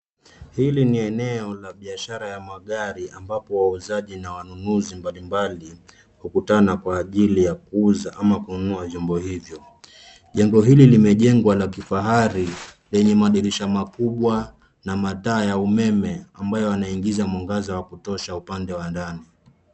Hili ni eneo la biashara ya magari ambapo wauzaji na wanunuzi mbalimbali hukutana kwa ajili ya kuuza ama kununua vyombo hivyo. Jengo hili limejengwa la kifahari lenye madirisha makubwa na mataa ya umeme ambayo yanaingiza mwangaza wa kutosha upande wa ndani.